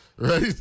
right